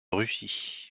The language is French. russie